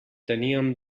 teníem